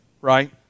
right